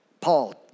Paul